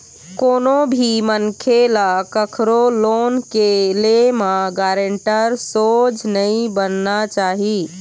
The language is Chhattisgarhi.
कोनो भी मनखे ल कखरो लोन के ले म गारेंटर सोझ नइ बनना चाही